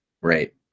right